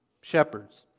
shepherds